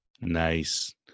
Nice